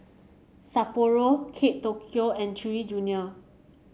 Sapporo Kate Tokyo and Chewy Junior